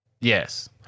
Yes